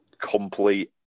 complete